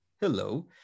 Hello